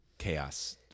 Chaos